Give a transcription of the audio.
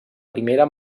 primera